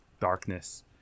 darkness